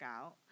out